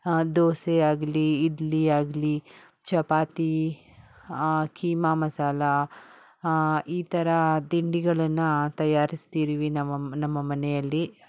ದೋಸೆಯಾಗಲಿ ಇಡ್ಲಿಯಾಗಲಿ ಚಪಾತಿ ಕೀಮ ಮಸಾಲ ಈ ಥರ ತಿಂಡಿಗಳನ್ನು ತಯಾರಿಸ್ತೀವಿ ನಮ್ಮ ನಮ್ಮ ಮನೆಯಲ್ಲಿ